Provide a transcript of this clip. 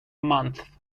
month